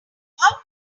how